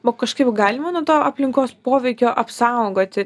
o kažkaip galima nuo to aplinkos poveikio apsaugoti